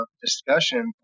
discussion